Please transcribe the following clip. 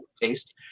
taste